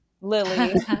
Lily